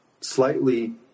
slightly